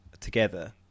together